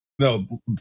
No